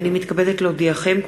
הנני מתכבדת להודיעכם,